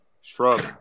shrub